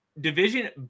division